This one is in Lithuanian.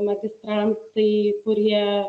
magistrantai kurie